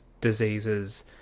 diseases